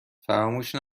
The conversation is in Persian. فراموش